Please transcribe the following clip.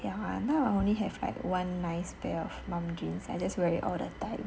ya now I only have like one nice pair of mom jeans and I just wear it all the time